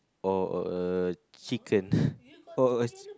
or or a chicken or a